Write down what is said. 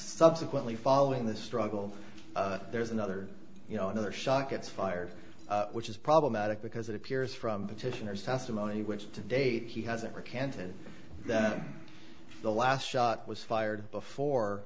subsequently following this struggle there's another you know another shot gets fired which is problematic because it appears from petitioners testimony which to date he hasn't recanting that the last shot was fired before